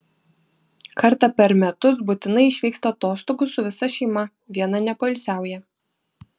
kartą per metus būtinai išvyksta atostogų su visa šeima viena nepoilsiauja